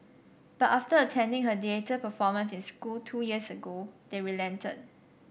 but after attending her theatre performance in school two years ago they relented